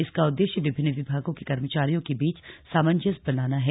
इसका उद्देश्य विभन्न विभागों के कर्मचारियों के बीच सामंजस्य बनाना है